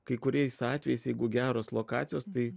kai kuriais atvejais jeigu geros lokacijos tai